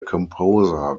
composer